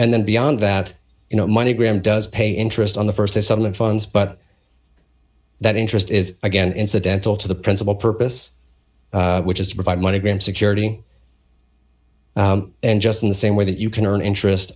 and then beyond that you know money gram does pay interest on the st as someone funds but that interest is again incidental to the principal purpose which is to provide money and security and just in the same way that you can earn interest